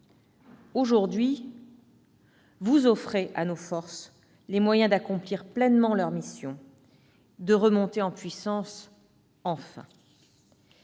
Aujourd'hui, vous offrez à nos forces les moyens d'accomplir pleinement leurs missions, de remonter en puissance-enfin